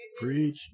Preach